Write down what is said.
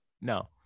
no